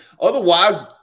Otherwise